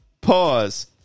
Pause